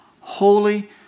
holy